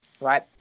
right